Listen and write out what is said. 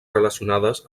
relacionades